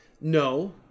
No